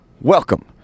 Welcome